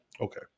Okay